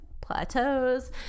plateaus